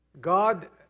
God